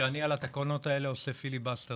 שאני על התקנות האלה עושה פיליבסטר.